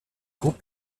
groupe